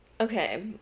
Okay